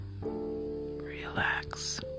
relax